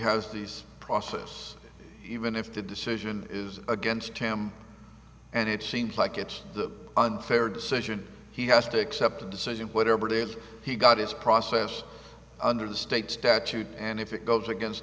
has these process even if the decision is against him and it seems like it's the unfair decision he has to accept the decision whatever it is he got his process under the state statute and if it goes against